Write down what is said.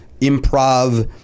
improv